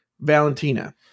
Valentina